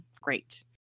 great